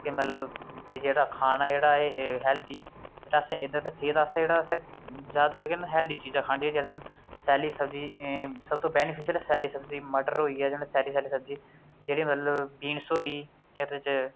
कि मतलब एह् जेह्ड़ा खाना जेह्ड़ा एह् हैल्दी ते असें इत्थै सेह्त आस्तै जेह्ड़ा असें जैदातर केह् करना हैल्दी चीजां खानी चाहिदियां सैल्ली सब्जी सब तों पैह्ली फ्रैश सैल्ली सब्जी मटर होई गे जां सैल्ली सैल्ली सब्जी केह्ड़ी मतलब बीन्स होई एह्दे च